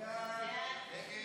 ההסתייגות של קבוצת